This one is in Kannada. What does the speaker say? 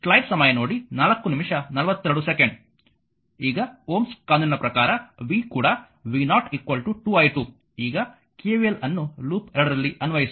ಈಗ ಓಮ್ಸ್ ಕಾನೂನಿನ ಪ್ರಕಾರ v ಕೂಡ v0 2i2 ಈಗ KVL ಅನ್ನು ಲೂಪ್ 2 ರಲ್ಲಿ ಅನ್ವಯಿಸಿ